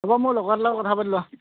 হ'ব মোৰ লগৰটো লগত কথা পাতি লোৱা